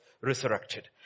resurrected